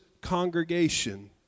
congregation